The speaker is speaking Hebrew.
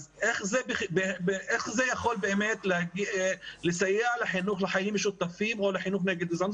אז איך זה יכול באמת לסייע לחינוך לחיים משותפים או לחינוך נגד גזענות